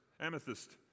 amethyst